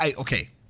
Okay